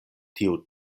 tio